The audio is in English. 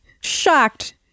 shocked